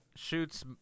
shoots